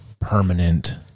Permanent